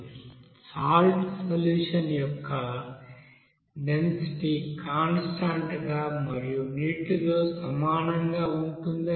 salt solution యొక్క density constant గా మరియు నీటితో సమానంగా ఉంటుందని అనుకోండి